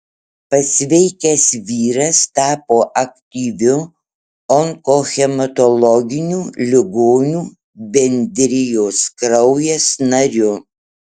pasveikęs vyras tapo aktyviu onkohematologinių ligonių bendrijos kraujas nariu